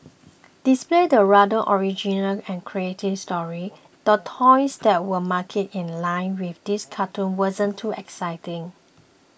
despite the rather original and creative story the toys that were marketed in line with this cartoon wasn't too exciting